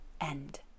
end